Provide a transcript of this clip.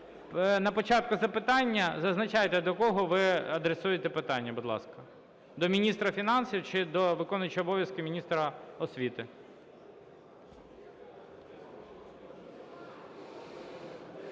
на початку запитання зазначайте, до кого ви адресуєте питання, будь ласка, до міністра фінансів чи до виконуючого обов'язків міністра освіти.